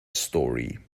story